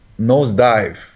nosedive